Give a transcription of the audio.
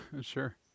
Sure